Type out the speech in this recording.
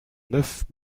neuf